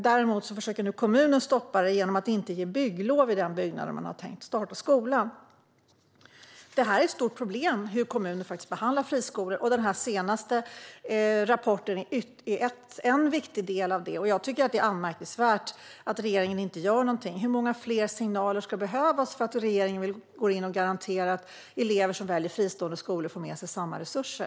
Däremot försöker nu kommunen att stoppa det genom att inte ge bygglov i den byggnad där man tänkt starta skolan. Det är ett stort problem hur kommuner behandlar friskolor. Den senaste rapporten är en viktig del som visar det. Det är anmärkningsvärt att regeringen inte gör någonting. Hur många fler signaler ska behövas för att regeringen ska gå in och garantera att elever som väljer fristående skolor får med sig samma resurser?